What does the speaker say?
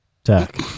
Attack